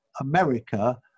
America